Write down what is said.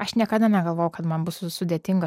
aš niekada negalvojau kad man bus sudėtinga